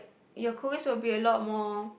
your cookies will be a lot more